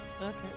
Okay